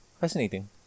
fascinating